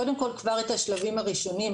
קודם כל כבר את השלבים הראשונים,